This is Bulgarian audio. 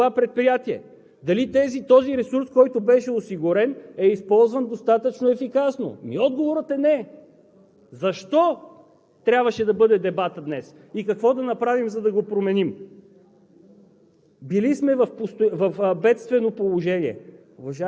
Това е видно от страницата му. Дали е достатъчно активно това предприятие, дали този ресурс, който беше осигурен, е използван достатъчно ефикасно? Отговорът е: не! Защо трябваше да бъде дебатът днес и какво да направим, за да го променим?